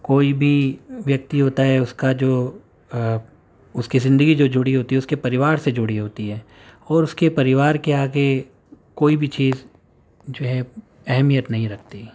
کوئی بھی ویکتی ہوتا ہے اس کا جو اس کی زندگی جو جڑی ہوتی ہے اس کے پریوار سے جڑی ہوتی ہے اور اس کے پریوار کے آگے کوئی بھی چیز جو ہے اہمیت نہیں رکھتی ہے